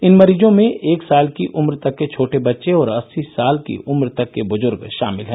इन मरीजों में एक साल की उम्र तक के छोटे बच्चे और अस्सी साल की उम्र तक के बुजुर्ग शामिल हैं